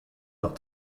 got